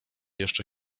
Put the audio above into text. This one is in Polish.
jeszcze